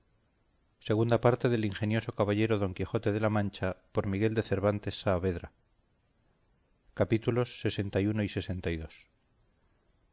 segunda parte del ingenioso caballero don quijote de la mancha por miguel de cervantes saavedra y no